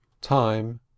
Time